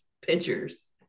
pictures